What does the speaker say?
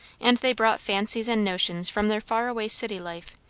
and they brought fancies and notions from their far-away city life,